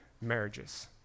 marriages